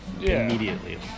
immediately